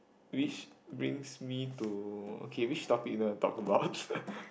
which brings me to okay which topics that I talk about okay